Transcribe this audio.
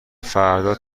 فردا